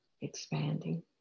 expanding